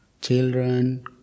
children